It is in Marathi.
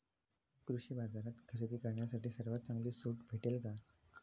कृषी बाजारात खरेदी करण्यासाठी सर्वात चांगली सूट भेटेल का?